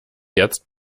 jetzt